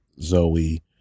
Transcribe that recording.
Zoe